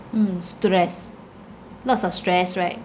mm stress lots of stress right